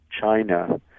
China